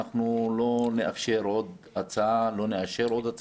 אנחנו לא נאשר עוד הצעה בנשיאות.